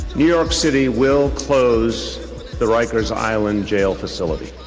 new york city will close the rikers island jail facility.